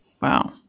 Wow